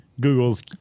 Google's